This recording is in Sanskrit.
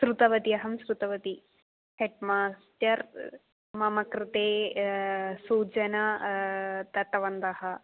श्रुतवती अहं श्रुतवती हेड्मास्टर् मम कृते सूचना दत्तवन्तः